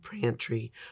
pantry